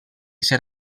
ser